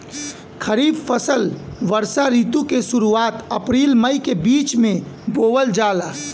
खरीफ फसल वषोॅ ऋतु के शुरुआत, अपृल मई के बीच में बोवल जाला